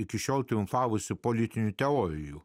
iki šiol triumfavusių politinių teorijų